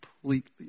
completely